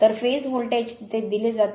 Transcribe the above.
तर phase voltage ते दिले जाते